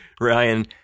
Ryan